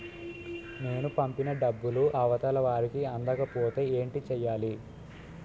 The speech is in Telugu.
నేను పంపిన డబ్బులు అవతల వారికి అందకపోతే ఏంటి చెయ్యాలి?